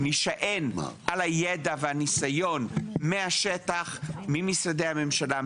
אנחנו נישען על הידע והניסיון מהשטח ממשרדי הממשלה,